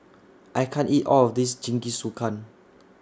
I can't eat All of This Jingisukan